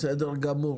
בסדר גמור.